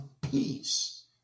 peace